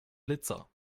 blitzer